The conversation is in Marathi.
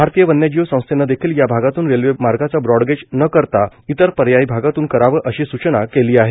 भारतीय वन्यजीव संस्थेने देखील या भागातून रेल्वे मार्गाचे ब्रॉडगेज न करता इतर पर्यायी भागातून करावे अशी सूचना केली आहे